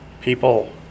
People